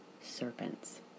serpents